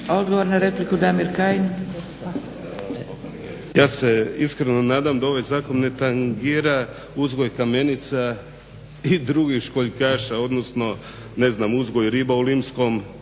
Damir (Nezavisni)** Ja se iskreno nadam da ovaj zakon ne tangira uzgoj kamenica i drugih školjkaša odnosno ne znam uzgoj riba u Limskom